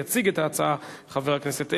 יציג את ההצעה חבר הכנסת אלקין.